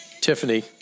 Tiffany